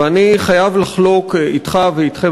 ואני חייב לחלוק אתך ואתכם,